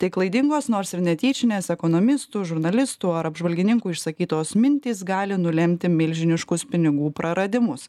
tai klaidingos nors ir netyčinės ekonomistų žurnalistų ar apžvalgininkų išsakytos mintys gali nulemti milžiniškus pinigų praradimus